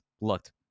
looked